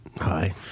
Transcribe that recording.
Hi